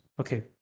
Okay